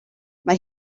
mae